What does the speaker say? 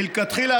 מלכתחילה,